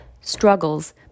struggles